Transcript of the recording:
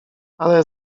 ale